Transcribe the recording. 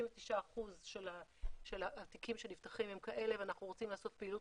59% של התיקים שנפתחים הם כאלה ואנחנו רוצים לעשות פעילות